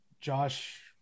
josh